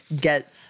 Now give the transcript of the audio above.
get